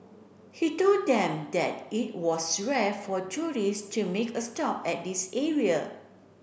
he told them that it was rare for tourist to make a stop at this area